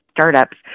startups